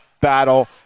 battle